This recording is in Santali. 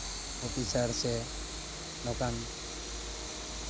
ᱚᱯᱷᱤᱥᱟᱨ ᱥᱮ ᱱᱚᱝᱠᱟᱱ